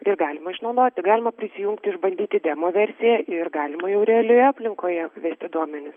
ir galima išnaudoti galima prisijungti išbandyti demo versiją ir galima jau realioje aplinkoje vesti duomenis